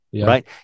right